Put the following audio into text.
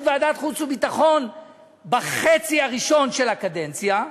ועדת חוץ וביטחון בחצי הראשון של הקדנציה,